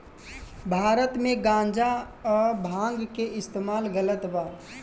भारत मे गांजा आ भांग के इस्तमाल गलत बा